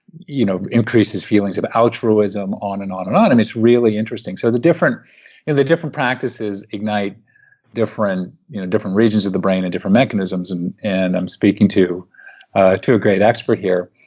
you know increases feelings of altruism, on and on and on. it's really interesting. so the and the different practices ignite different different regions of the brain and different mechanisms. and and i'm speaking to ah to a great expert here,